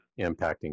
impacting